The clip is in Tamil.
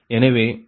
எனவே இது FiPgiPgi